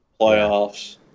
playoffs